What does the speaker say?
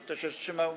Kto się wstrzymał?